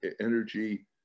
energy